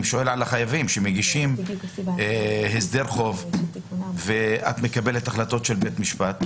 אני שואל על החייבים שמגישים הסדר חוב ואת מקבלת החלטות של בית משפט.